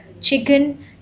chicken